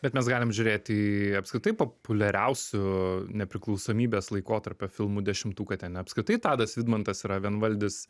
bet mes galim žiūrėti į apskritai populiariausių nepriklausomybės laikotarpio filmų dešimtuką ten apskritai tadas vidmantas yra vienvaldis